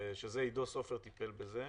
שעידו סופר טיפל בזה.